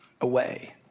away